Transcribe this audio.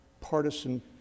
partisan